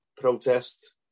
protest